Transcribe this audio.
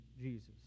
Jesus